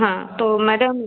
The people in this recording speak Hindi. हाँ तो मैडम